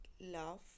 love